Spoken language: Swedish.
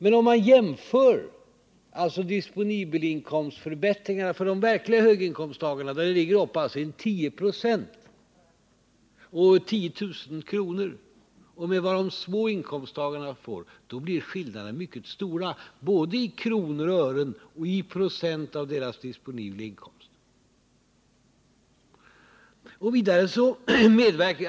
Men om man jämför förbättringarna av den disponibla inkomsten för de verkliga höginkomsttagarna — där det är fråga om 1096 och 10000 kr. - med vad de små inkomsttagarna får, då blir skillnaderna mycket stora både i kronor och ören och i procent av den disponibla inkomsten.